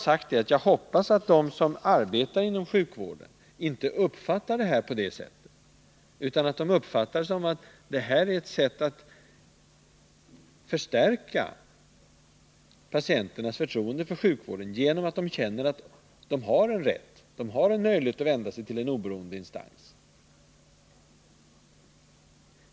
Jag hoppas att de som arbetar inom sjukvården uppfattar förslaget som ett sätt att stärka patienternas förtroende för sjukvården genom att de får möjlighet att vända sig till en oberoende instans.